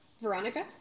Veronica